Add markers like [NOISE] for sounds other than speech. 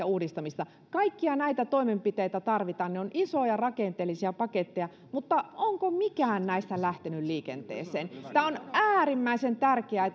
[UNINTELLIGIBLE] uudistamista kaikkia näitä toimenpiteitä tarvitaan ja ne ovat isoja rakenteellisia paketteja mutta onko mikään näistä lähtenyt liikenteeseen tämä on äärimmäisen tärkeää [UNINTELLIGIBLE]